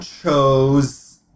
chose